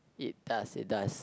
it does it does